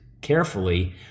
carefully